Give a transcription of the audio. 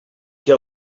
que